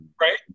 Right